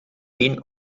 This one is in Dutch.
één